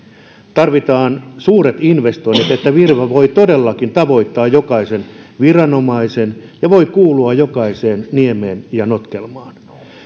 tarvitaan suuret investoinnit niin että virve voi todellakin tavoittaa jokaisen viranomaisen ja voi kuulua jokaiseen niemeen ja notkelmaan